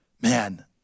man